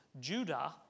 Judah